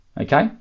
Okay